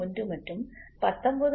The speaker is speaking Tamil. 1 மற்றும் 19